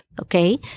Okay